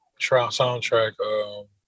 soundtrack